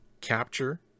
Capture